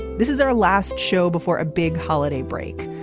this is our last show before a big holiday break.